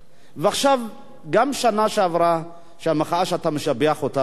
ועכשיו גם שנה שעברה, המחאה שאתה משבח אותה בהחלט,